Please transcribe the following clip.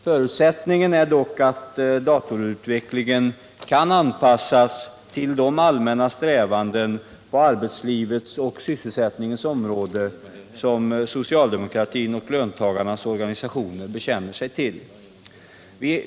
Förutsättningen är dock att datorutvecklingen kan anpassas till de allmänna strävanden på arbetslivets och sysselsättningens område som socialdemokratin och löntagarnas organisationer bekänner sig till.